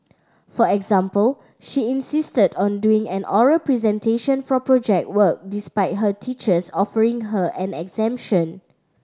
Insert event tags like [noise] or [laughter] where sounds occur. for example she insisted on doing an oral presentation for Project Work despite her teachers offering her an [unintelligible]